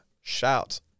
Shout